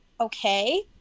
okay